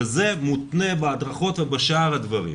וזה מותנה בהדרכות ובשאר הדברים.